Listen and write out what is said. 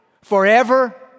forever